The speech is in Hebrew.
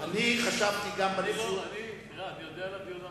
אני יודע על הדיון המהיר,